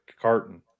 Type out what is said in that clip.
carton